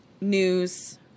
news